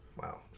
wow